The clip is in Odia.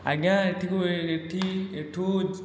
ଆଜ୍ଞା ଏଠିକୁ ଏଠି ଏଠୁ